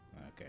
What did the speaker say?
Okay